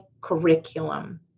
curriculum